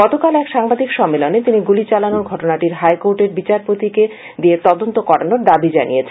গতকাল এক সাংবাদিক সম্মেলনে তিনি গুলি চালানোর ঘটনাটির হাইকোর্টের বিচারপতিকে দিয়ে তদন্ত করানোর দাবী জানিয়েছেন